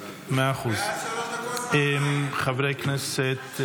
חברי כנסת,